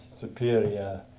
superior